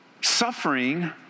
Suffering